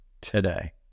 today